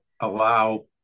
allow